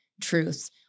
truths